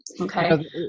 Okay